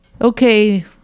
okay